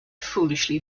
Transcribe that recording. foolishly